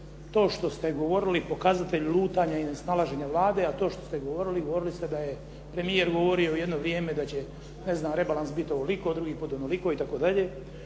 to što ste govorili pokazatelj lutanja i nesnalaženja Vlade, a to što ste govorili, govorili ste da je premijer govorio jedno vrijeme da će rebalans biti ovoliko, drugi put onoliko itd.